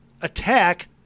attack